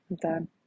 done